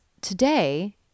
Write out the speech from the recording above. today